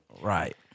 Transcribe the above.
Right